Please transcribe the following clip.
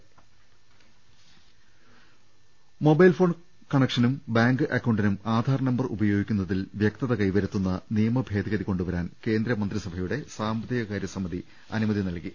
ൾ ൽ ൾ മൊബൈൽ ഫോൺ കണക്ഷനും ബാങ്ക് അക്കൌണ്ടിനും ആധാർ നമ്പർ ഉപയോഗിക്കുന്നതിൽ വ്യക്തത കൈവരുത്തുന്ന നിയ മഭേദഗതി കൊണ്ടുവരാൻ കേന്ദ്രമന്ത്രിസഭയുടെ സാമ്പത്തികകാര്യ സമിതി അനുമതി നൽകി